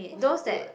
oh so good